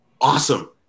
awesome